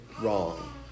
wrong